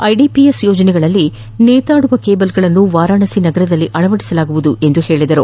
IDPS ಯೋಜನೆಗಳಲ್ಲಿ ನೇತಾಡುವ ಕೇಬಲ್ಗಳನ್ನು ವಾರಣಾಸಿ ನಗರದಲ್ಲಿ ಅಳವಡಿಸಲಾಗುವುದು ಎಂದರು